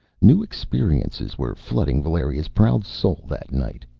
new experiences were flooding valeria's proud soul that night.